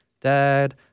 dad